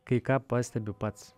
kai ką pastebiu pats